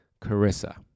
Carissa